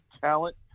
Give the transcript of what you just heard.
talent